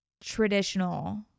traditional